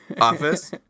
office